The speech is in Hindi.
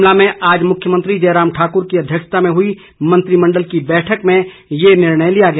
शिमला में आज मुख्यमंत्री जयराम ठाकुर की अध्यक्षता में हुई मंत्रिमण्डल की बैठक में ये निर्णय लिया गया